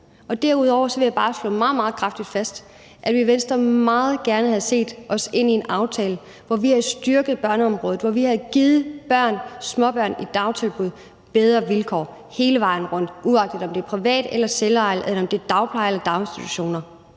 Derudover vil jeg bare slå meget, meget kraftigt fast, at vi i Venstre meget gerne havde set os ind i en aftale, hvor vi havde styrket børneområdet, og hvor vi havde givet børn, småbørn i dagtilbud, bedre vilkår hele vejen rundt, uagtet om det er privat eller selvejet, eller om det er dagpleje eller daginstitutioner.